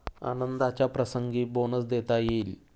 आनंदाच्या प्रसंगी बोनस देता येईल